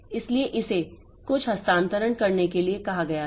इसलिए इसे कुछ हस्तांतरण करने के लिए कहा गया था